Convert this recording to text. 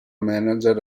manager